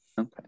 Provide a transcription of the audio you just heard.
okay